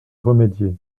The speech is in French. remédier